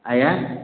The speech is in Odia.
ଆଜ୍ଞା